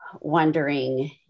wondering